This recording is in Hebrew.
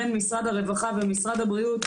בין משרד הרווחה ומשרד הבריאות,